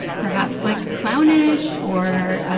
perhaps like clownish or,